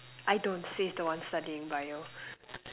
I don't says the one studying Bio